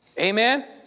Amen